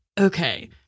okay